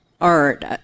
art